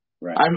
Right